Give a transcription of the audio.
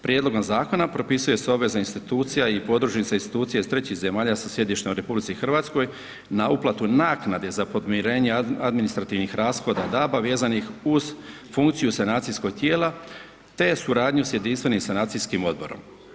Prijedlogom zakona propisuje se obveza institucija i podružnica institucija iz trećih zemalja sa sjedištem u EH na uplatu naknade za podmirenje administrativnih rashoda DAB-a vezanih uz funkciju sanacijskog tijela te suradnju s jedinstvenim sanacijskim odborom.